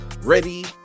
ready